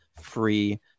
free